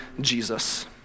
Jesus